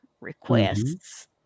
requests